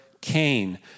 Cain